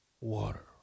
water